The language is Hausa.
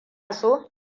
so